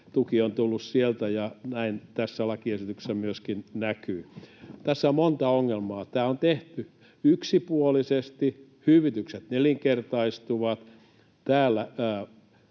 on tullut sieltä, ja näin tässä lakiesityksessä se myöskin näkyy. Tässä on monta ongelmaa: Tämä on tehty yksipuolisesti. Hyvitykset nelinkertaistuvat.